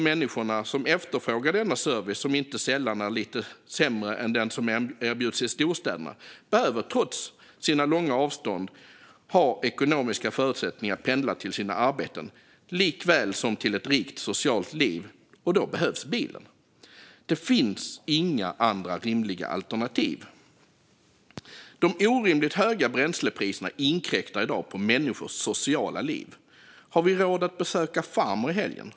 Människorna som efterfrågar denna service, som inte sällan är lite sämre än den som erbjuds i storstäderna, behöver trots långa avstånd ha ekonomiska förutsättningar att pendla såväl till sina arbeten som till ett rikt socialt liv, och då behövs bilen. Det finns inga andra rimliga alternativ. De orimligt höga bränslepriserna inkräktar i dag på människors sociala liv. Har vi råd att besöka farmor i helgen?